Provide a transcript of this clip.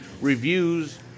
reviews